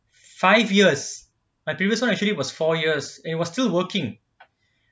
five years my previous one actually was four years and it was still working